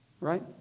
Right